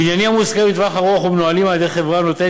בניינים המושכרים לטווח ארוך ומנוהלים על-ידי חברה הנותנת